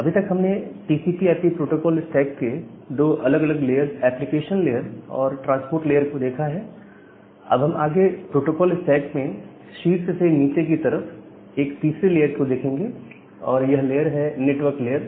अभी तक हमने टीसीपी आईपी प्रोटोकोल स्टैक के दो अलग अलग लेयर्स एप्लीकेशन लेयर और ट्रांसपोर्ट लेयर को देखा है अब हम आगे प्रोटोकोल स्टैक में शीर्ष से नीचे की तरफ एक तीसरे लेयर को देखेंगे और यह लेयर है नेटवर्क लेयर